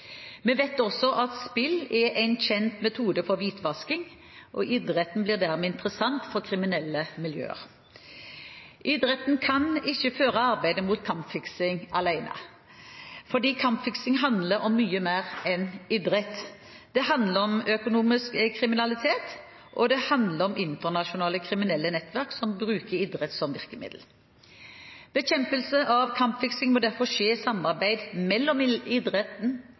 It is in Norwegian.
Vi vet også at spill er en kjent metode for hvitvasking, og idretten blir dermed interessant for kriminelle miljøer. Idretten kan ikke føre arbeidet mot kampfiksing alene, fordi kampfiksing handler om mye mer enn idrett: Det handler om økonomisk kriminalitet, og det handler om internasjonale kriminelle nettverk som bruker idrett som virkemiddel. Bekjempelse av kampfiksing må derfor skje i samarbeid mellom idretten,